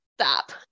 stop